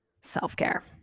self-care